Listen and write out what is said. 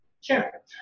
Sure